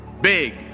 big